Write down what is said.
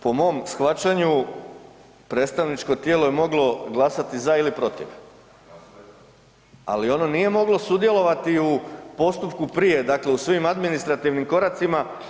Po mom shvaćanju predstavničko tijelo je moglo glasati za ili protiv, ali ono nije moglo sudjelovati u postupku prije, dakle u svim administrativnim koracima.